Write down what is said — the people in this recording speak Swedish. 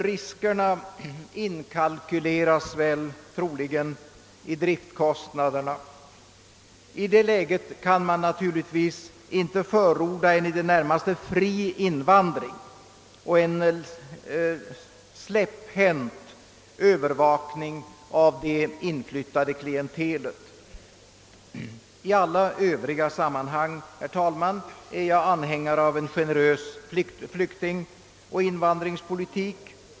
Riskerna inkalkyleras troligen i driftkostnaderna. I detta läge kan man naturligtvis inte förorda en i det närmaste fri invandring och en släpphänt övervakning av det inflyttade klientelet. I alla övriga sammanhang är jag anhängare av en generös flyktingsoch invandringspolitik.